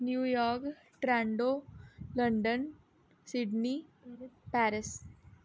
new York ट्रैनडो London Sydney Paris